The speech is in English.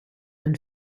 own